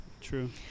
True